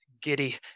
giddy